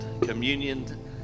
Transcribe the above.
communion